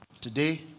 Today